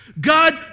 God